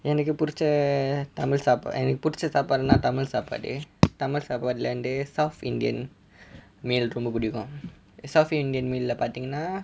எனக்கு பிடிச்ச தமிழ் சாப்பா~ எனக்கு பிடிச்ச சாப்பாடுன்னா தமிழ் சாப்பாடு தமிழ் சாப்பாட்டில் வந்து:enakku puditcha tamil sapa~ enakku puditcha sapadunna tamil sapadu tamil sapadule vanthu south indian meal ரொம்ப பிடிக்கும்:romba pidikkum south indian meal leh பார்த்தீங்கன்னா:patheengana